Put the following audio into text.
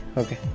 okay